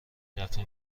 دفه